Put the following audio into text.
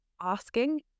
asking